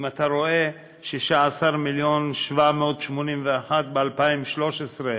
אם אתה רואה 16 מיליון ו-781,000 ב-2013,